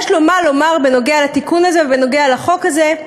לו מה לומר בנוגע לתיקון הזה ובנוגע לחוק הזה,